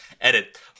Edit